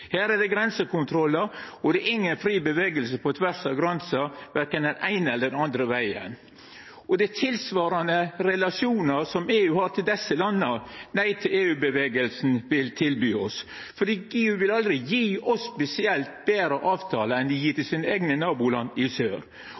Her er det grensekontrollar, og det er ingen fri bevegelse på tvers av grensene verken den eine eller andre vegen. Det er tilsvarande relasjonar som EU har til desse landa, Nei til EU-bevegelsen vil tilby oss. Dei vil aldri gje oss spesielt betre avtalar enn dei